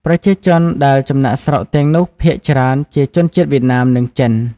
ប្រជាជនដែលចំណាកស្រុកទាំងនោះភាគច្រើនជាជនជាតិវៀតណាម និងចិន។